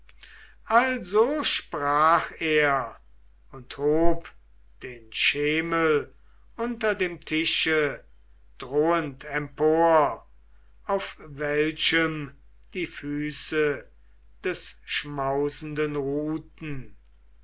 also sprach er und hob den schemel unter dem tische drohend empor auf welchem die füße des schmausenden ruhten